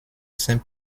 saint